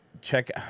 Check